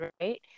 right